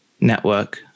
network